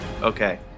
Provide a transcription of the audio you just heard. okay